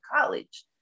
college